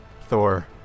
Thor